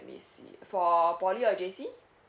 me see for poly or J_C